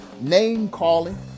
name-calling